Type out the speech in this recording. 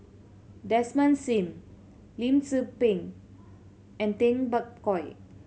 Desmond Sim Lim Tze Peng and Tay Bak Koi